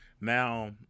now